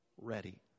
ready